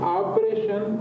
operation